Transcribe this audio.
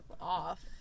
off